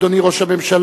אדוני ראש הממשלה,